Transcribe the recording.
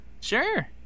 Sure